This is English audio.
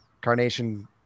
carnation